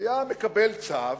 היה מקבל צו